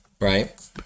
Right